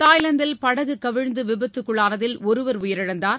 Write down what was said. தாய்லாந்தில் படகு கவிழ்ந்து விபத்துக்குள்ளானதில் ஒருவர் உயிரிழந்தார்